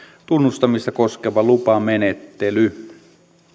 tunnustamista koskeva lupamenettely